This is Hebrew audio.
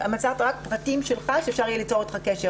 מסרת רק פרטים שלך שאפשר יהיה ליצור אתך קשר